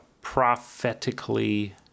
prophetically